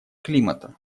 климата